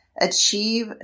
achieve